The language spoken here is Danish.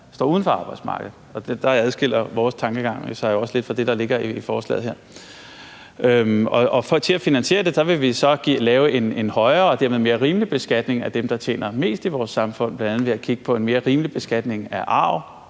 står uden for arbejdsmarkedet, og der adskiller vores tankegang sig jo også lidt fra det, der ligger i forslaget her. Til at finansiere det vil vi så lave en højere og dermed mere rimelig beskatning af dem, der tjener mest i vores samfund, bl.a. ved at kigge på en mere rimelig beskatning af arv,